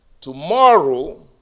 Tomorrow